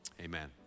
Amen